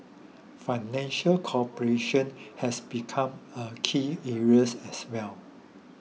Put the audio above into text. financial cooperation has become a key areas as well